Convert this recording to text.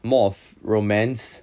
more of romance